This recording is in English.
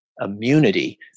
immunity